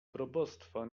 probostwa